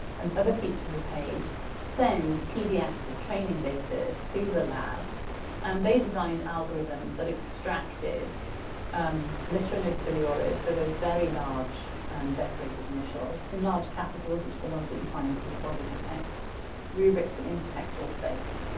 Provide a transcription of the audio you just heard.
and other features of the page send pdfs of training data to the lab and they designed algorithms that extracted um litterae notabiliores so, those very large and decorated initials, in large capitals, which are the ones that you find in the body of the text rubrics, and intertextual space.